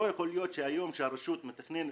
לא יכול להיות שהיום הרשות מתכננת,